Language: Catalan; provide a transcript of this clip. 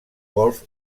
golf